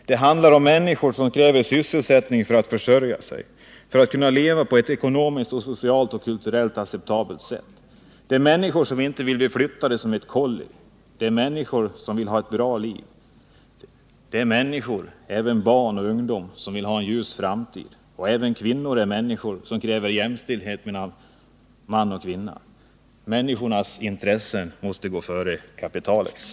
Det handlar om människor som kräver sysselsättning för att försörja sig, för att kunna leva på ett ekonomiskt, socialt och kulturellt acceptabelt sätt. Det är människor som inte vill bli flyttade som kollin. Det är människor som vill ha ett bra liv. Även barn och ungdom vill ha en ljus framtid. Även kvinnor är människor, och de kräver jämställdhet mellan man och kvinna. Människornas intressen måste gå före kapitalets.